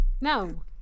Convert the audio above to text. No